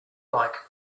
like